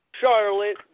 Charlotte